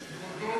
כבודו מטיל ספק?